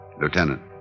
Lieutenant